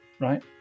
right